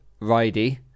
Ridey